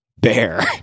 bear